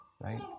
right